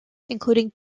including